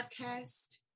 podcast